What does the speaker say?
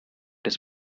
his